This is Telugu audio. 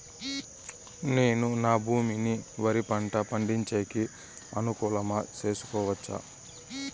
నేను నా భూమిని వరి పంట పండించేకి అనుకూలమా చేసుకోవచ్చా?